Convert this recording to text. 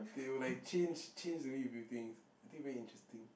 they will like change change the way you view things I think very interesting